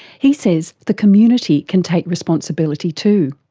he says the community can take responsibility too.